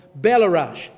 Belarus